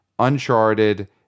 uncharted